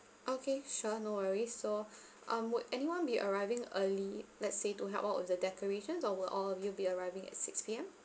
okay sure no worries so um would anyone be arriving early let's say to help out with the decorations or will all of you be arriving at six P_M